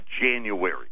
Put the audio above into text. January